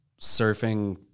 surfing